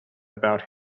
about